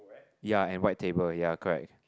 ya and white table ya correct